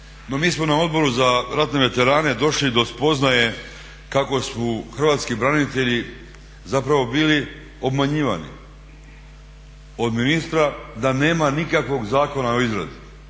mi smo na Odboru za ratne veterane došli do spoznaje kako su hrvatski branitelji zapravo bili obmanjivani od ministra da nema nikakvog zakona u izradi.